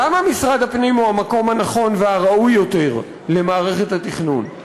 למה משרד הפנים הוא המקום הנכון והראוי יותר למערכת התכנון?